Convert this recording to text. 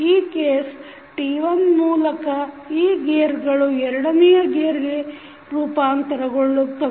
ಈ case T1 ಮೂಲಕ ಈ ಗೇರ್ಗಳು ಎರಡನೆಯ ಗೇರ್ಗೆ ರೂಪಾಂತರಗೊಳ್ಳುತ್ತದೆ